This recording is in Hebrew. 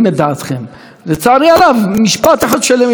לצערי הרב משפט אחד שלם היא לא סיימה.